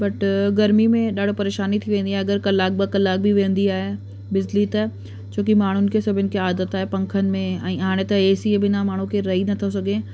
but गर्मी में ॾाढो परेशानी थी वेंदी आहे अगरि कलाकु ॿ कलाक बि वेंदी आहे बिजली त छो कि माण्हुनि खे सभिनि खे आदत आहे पंखनि में ऐं हाणे त एसीअ बिना माण्हू खे रही नथो सघे